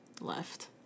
left